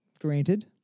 Granted